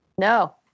No